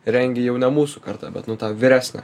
rengė jau ne mūsų karta bet nu ta vyresnė